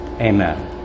Amen